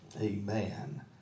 Amen